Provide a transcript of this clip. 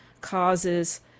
causes